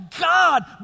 God